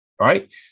right